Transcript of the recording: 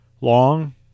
long